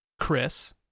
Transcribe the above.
Chris